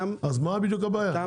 אז מה בדיוק הבעיה?